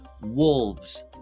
wolves